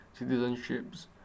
citizenships